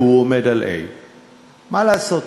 והוא עומד על A. מה לעשות,